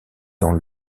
dans